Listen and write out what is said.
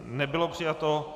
Nebylo přijato.